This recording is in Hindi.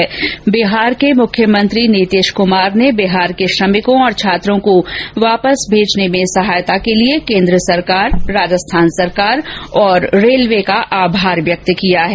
इस बीच बिहार के मुख्यमंत्री नितीश क्मार ने बिहार के श्रमिकों और छात्रों को वापस भेजने में सहायता के लिए केन्द्र और राजस्थान सरकार तथा रेलवे का आभार व्यक्त किया है